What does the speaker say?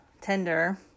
tender